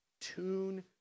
Tune